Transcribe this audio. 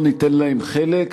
בואו ניתן להם חלק,